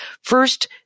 First